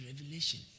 revelation